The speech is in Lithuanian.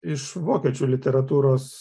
iš vokiečių literatūros